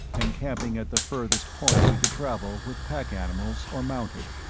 encamping at the furthest point we could travel with pack animals or mounted.